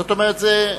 אוטופיה.